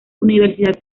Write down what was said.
universidad